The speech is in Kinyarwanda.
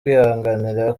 kwihanganira